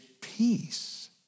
peace